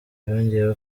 yongeyeho